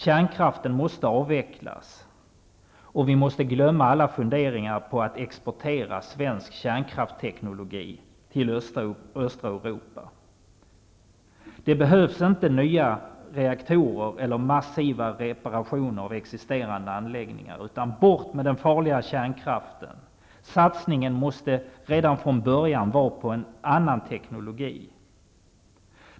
Kärnkraften måste avvecklas, och vi måste glömma alla funderingar på att exportera svensk kärnkraftsteknologi till östra Europa. Det behövs inte nya reaktorer eller massiva reparationer av existerande anläggningar. Bort med den farliga kärnkraften! Satsningen måste redan från början inriktas på en annan teknologi.